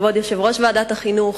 כבוד יושב-ראש ועדת החינוך,